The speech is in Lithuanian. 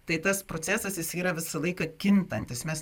tai tas procesas jis yra visą laiką kintantis mes